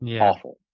awful